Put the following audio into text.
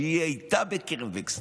שהיא הייתה בקרן וקסנר.